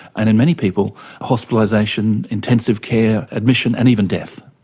and in many people hospitalisation, intensive care admission and even death.